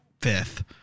fifth